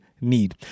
need